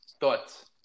Thoughts